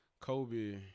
Kobe